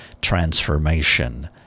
Transformation